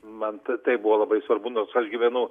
man tai buvo labai svarbu nors aš gyvenu